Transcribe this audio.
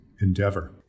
endeavor